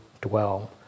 dwell